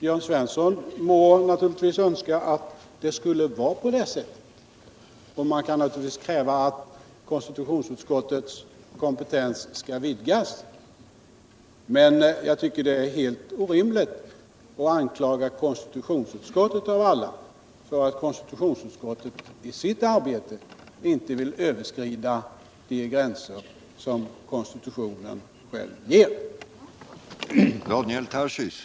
Jörn Svensson må naturligtvis önska att det skulle vara på det sättet och kan i så fall kräva att konstitutionsutskottets kompetens skall vidgas. Men det är helt orimligt att, av alla, anklaga konstitutionsutskottet för att detta i sitt arbete inte vill överskrida de gränser som konstitutionen själv drar upp.